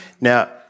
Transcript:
Now